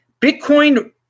Bitcoin